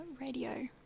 Radio